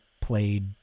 played